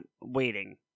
waiting